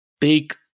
take